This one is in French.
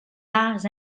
arts